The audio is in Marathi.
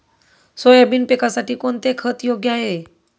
सोयाबीन पिकासाठी कोणते खत योग्य आहे?